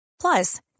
Plus